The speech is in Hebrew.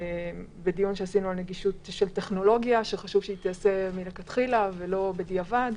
בדיון שעשינו על נגישות של טכנולוגיה שחשוב שתיעשה מלכתחילה ולא בדיעבד.